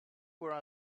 were